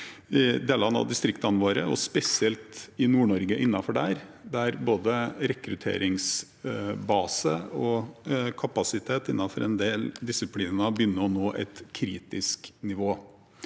i deler av distriktene våre, og spesielt i Nord-Norge, der både rekrutteringsbase og kapasitet innenfor en del disipliner begynner å nå et kritisk nivå.